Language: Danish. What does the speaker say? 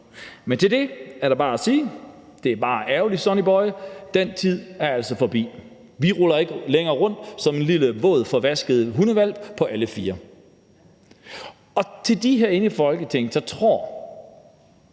Men til det er der bare at sige: Det er bare ærgerligt, Sonny Boy, men den tid er altså forbi. Vi ruller ikke længere rundt som en lille våd, forvasket hundehvalp på alle fire, og til dem herinde i Folketinget, der tror,